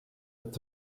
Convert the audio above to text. het